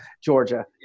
Georgia